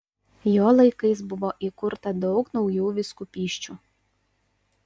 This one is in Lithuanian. jo laikais buvo įkurta daug naujų vyskupysčių